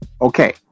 okay